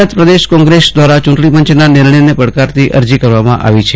ગુજરાત પ્રદેશ કોંગ્રેસ દ્વારા ચ્રંટણીપંચના નિર્ણયને પડકારતી અરજી કરવામાં આવી છે